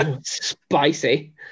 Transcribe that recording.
spicy